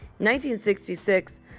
1966